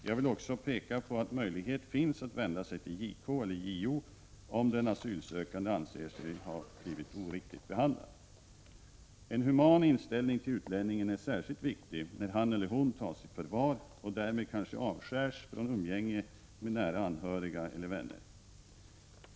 Jag vill också peka på att möjlighet finns att vända sig till JK eller JO om den asylsökande anser sig ha blivit oriktigt behandlad. En human inställning till utlänningen är särskilt viktig när han eller hon tas i förvar och därmed kanske avskärs från umgänge med nära anhöriga eller vänner.